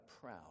proud